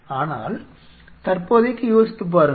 ஆனால் தற்போதைக்கு யோசித்துப் பாருங்கள்